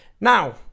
Now